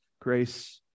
grace